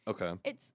Okay